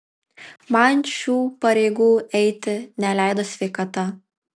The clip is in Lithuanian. man šių pareigų eiti neleido sveikata